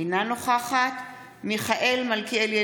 אינה נוכחת מיכאל מלכיאלי,